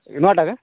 ନୂଆଟେ କେ